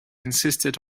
insisted